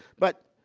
but